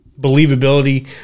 believability